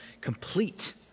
complete